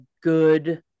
good